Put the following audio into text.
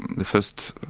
the first